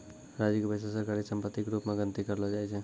राज्य के पैसा सरकारी सम्पत्ति के रूप मे गनती करलो जाय छै